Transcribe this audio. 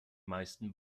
meisten